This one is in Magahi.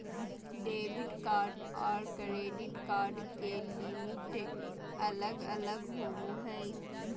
डेबिट कार्ड आर क्रेडिट कार्ड के लिमिट अलग अलग होवो हय